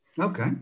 Okay